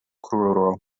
kruro